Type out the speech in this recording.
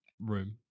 room